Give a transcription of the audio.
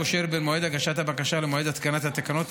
הקושר בין מועד הגשת הבקשה למועד התקנת התקנות,